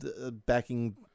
backing